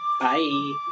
bye